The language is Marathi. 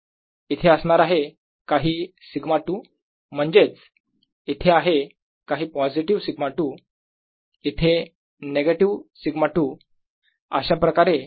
इथे असणार आहे काही σ2 म्हणजेच इथे आहे काही पॉझिटिव्ह σ2 इथे निगेटिव σ2 इथे